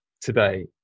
today